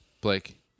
blake